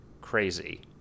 crazy